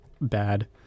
bad